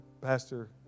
pastor